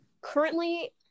currently